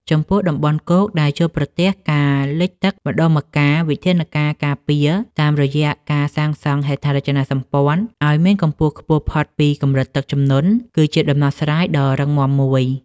ចំពោះតំបន់គោកដែលជួបប្រទះការលិចទឹកម្តងម្កាល វិធានការការពារតាមរយៈការសាងសង់ហេដ្ឋារចនាសម្ព័ន្ធឱ្យមានកម្ពស់ខ្ពស់ផុតពីកម្រិតទឹកជំនន់គឺជាដំណោះស្រាយដ៏រឹងមាំមួយ។